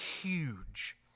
huge